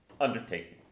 undertaking